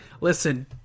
listen